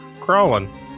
crawling